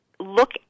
look